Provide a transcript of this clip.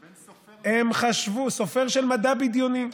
בין סופר, סופר של מדע בדיוני.